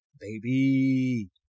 baby